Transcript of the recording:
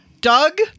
Doug